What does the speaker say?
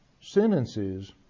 sentences